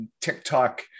TikTok